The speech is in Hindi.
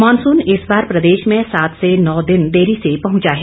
मॉनसून इस बार प्रदेश में सात से नौ दिन देरी से पहुंचा है